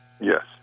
Yes